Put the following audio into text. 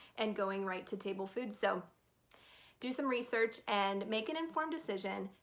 and going right to table foods. so do some research and make an informed decision.